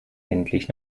endlich